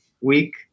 week